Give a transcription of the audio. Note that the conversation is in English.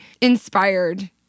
inspired